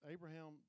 Abraham